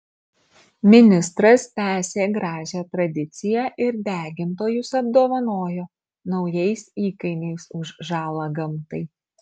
ministras tęsė gražią tradiciją ir degintojus apdovanojo naujais įkainiais už žalą gamtai